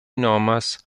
nomas